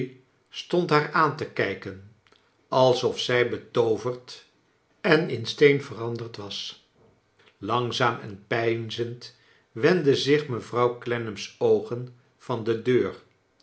stond haar aan te kijken als of zij betooverd en in steen veranderd was langzaam en peinzend wendden zich mevrouw clennam's oogen van de deur